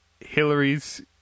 Hillary's